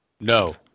no